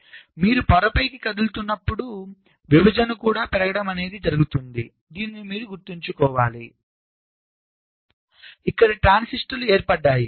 కాబట్టి మీరు పొర పైకి కదులుతున్నప్పుడు విభజన కూడా పెరగడం అనేది జరుగుతుంది దీనిని మీరు గుర్తుంచుకోవాలి ఇక్కడ ట్రాన్సిస్టర్లు ఏర్పడ్డాయి